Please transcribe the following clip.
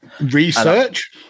research